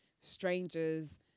strangers